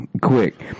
quick